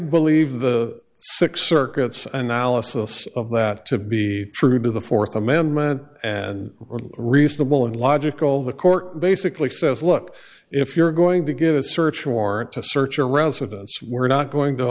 believe the six circuits analysis of that to be true to the th amendment and reasonable and logical the court basically says look if you're going to get a search warrant to search your residence we're not going to